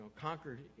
conquered